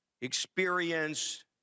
experience